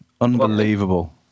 Unbelievable